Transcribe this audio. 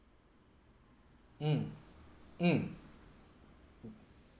mm mm